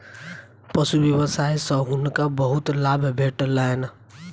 पशु व्यवसाय सॅ हुनका बहुत लाभ भेटलैन